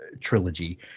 trilogy